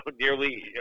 nearly